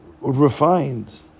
refined